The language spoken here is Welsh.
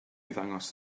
ddangos